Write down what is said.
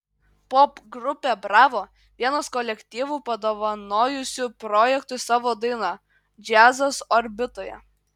popgrupė bravo vienas kolektyvų padovanojusių projektui savo dainą džiazas orbitoje